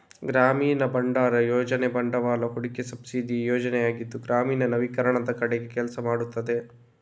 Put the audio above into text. ಗ್ರಾಮೀಣ ಭಂಡಾರ ಯೋಜನೆ ಬಂಡವಾಳ ಹೂಡಿಕೆ ಸಬ್ಸಿಡಿ ಯೋಜನೆಯಾಗಿದ್ದು ಗ್ರಾಮೀಣ ನವೀಕರಣದ ಕಡೆಗೆ ಕೆಲಸ ಮಾಡುತ್ತದೆ